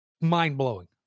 Mind-blowing